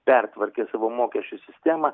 pertvarkė savo mokesčių sistemą